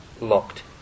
locked